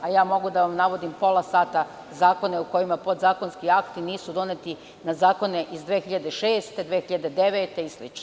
Ja mogu da vam navodim pola sata zakone u kojima podzakonski akti nisu doneti na zakone iz 2006, 2009. godine i slično.